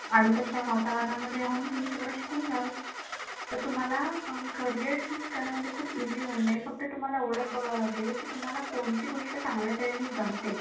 आणि तशा वातावरणामध्ये राहून तुम्ही सगळं शिकून जाल तर तुम्हाला करिअर चूज करण्यामध्ये खूप इझी होऊन जाईल फक्त तुम्हाला एवढंच बघावं लागेल की तुम्हाला कोणती गोष्ट चांगल्या तऱ्हेने जमते